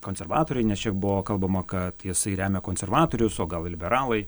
konservatoriai nes čia buvo kalbama kad jisai remia konservatorius o gal liberalai